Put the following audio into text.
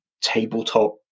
tabletop